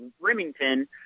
remington